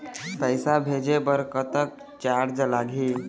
पैसा भेजे बर कतक चार्ज लगही?